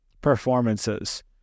performances